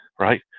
right